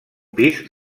pis